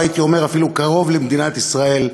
או הייתי אומר אפילו: קרוב למדינת ישראל.